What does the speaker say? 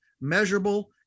measurable